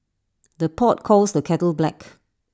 the pot calls the kettle black